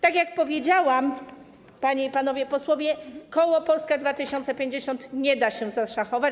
Tak jak powiedziałam, panie i panowie posłowie, koło Polska 2050 nie da się zaszachować.